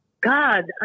God